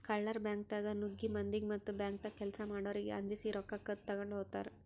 ಕಳ್ಳರ್ ಬ್ಯಾಂಕ್ದಾಗ್ ನುಗ್ಗಿ ಮಂದಿಗ್ ಮತ್ತ್ ಬ್ಯಾಂಕ್ದಾಗ್ ಕೆಲ್ಸ್ ಮಾಡೋರಿಗ್ ಅಂಜಸಿ ರೊಕ್ಕ ಕದ್ದ್ ತಗೊಂಡ್ ಹೋತರ್